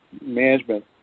management